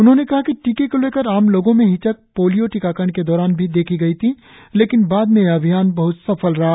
उन्होंने कहा कि टीके को लेकर आम लोगों में हिचक पोलियो टीकाकरण के दौरान भी देखी गई थी लेकिन बाद में यह अभियान बहत सफल रहा